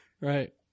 Right